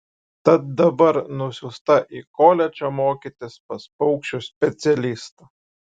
tad dabar nusiųsta į koledžą mokytis pas paukščių specialistą